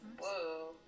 Whoa